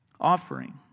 offering